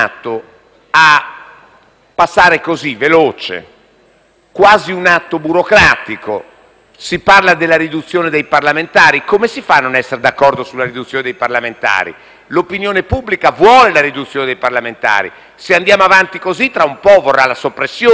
a passare velocemente, quasi come un atto burocratico. Si parla della riduzione dei parlamentari: come si fa a non essere d'accordo su questo? L'opinione pubblica vuole la riduzione dei parlamentari; se andiamo avanti così, tra un po' vorrà la soppressione dei parlamentari.